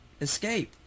escape